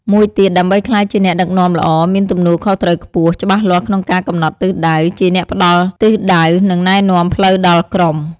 មួយទៀត ដើម្បីក្លាយជាអ្នកដឹកនាំល្អ មានទំនួលខុសត្រូវខ្ពស់ ច្បាស់លាស់ក្នុងការកំណត់ទិសដៅ ជាអ្នកផ្តល់ទិសដៅ និងណែនាំផ្លូវដល់ក្រុម។